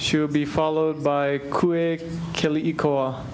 should be followed by quick kill you call